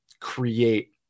create